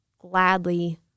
gladly